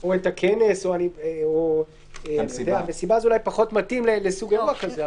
או את המסיבה, זה אולי פחות מתאים לסוג אירוע כזה.